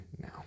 now